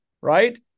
right